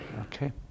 Okay